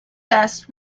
best